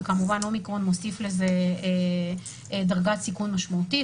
וכמובן שהאומיקרון מוסיף לזה דרגת סיכון משמעותית.